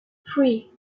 three